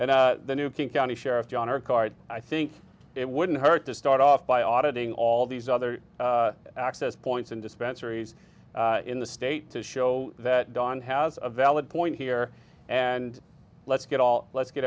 and the new king county sheriff john r card i think it wouldn't hurt to start off by auditing all these other access points and dispensaries in the state to show that dawn has a valid point here and let's get all let's get